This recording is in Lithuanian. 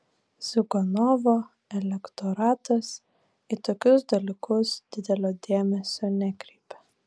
ziuganovo elektoratas į tokius dalykus didelio dėmesio nekreipia